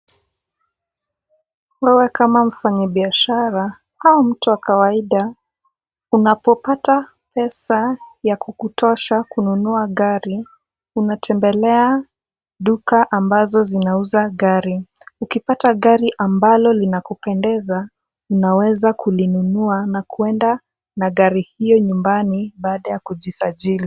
Wewe kama mfanyibiashara au mtu wa kawaida unapopata pesa ya kukutosha kununua gari, unatembelea duka ambazo zinauza gari. Ukipata gari ambalo linakupendeza unaweza kulinunua na kuenda na gari hiyo nyumbani baada ya kujisajili.